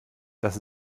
das